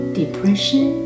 depression